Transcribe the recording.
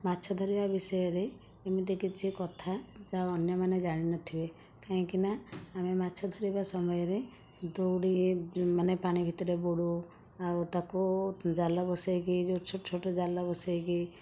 ମାଛ ଧରିବା ବିଷୟରେ ଏମିତି କିଛି କଥା ଯାହା ଅନ୍ୟମାନେ ଜାଣିନଥିବେ କାହିଁକିନା ଆମେ ମାଛ ଧରିବା ସମୟରେ ଦଉଡ଼ି ମାନେ ପାଣି ଭିତରେ ବୁଡ଼ୁ ଆଉ ତାକୁ ଜାଲ ବସାଇକି ଯେଉଁ ଛୋଟ ଛୋଟ ଜାଲ ବସାଇକି